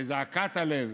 לזעקת הלב